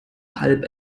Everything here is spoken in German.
halb